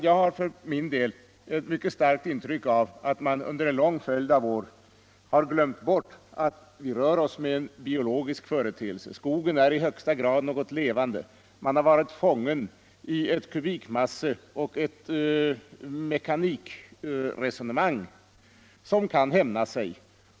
Jag har för min del ett mycket starkt intryck av att man under en lång följd av år glömt bort att vi här rör oss med en biologisk företeelse — skogen är i högsta grad något levande. Man har varit fången i ett kubikmasse och mekanikresonemang som kan hämna sig.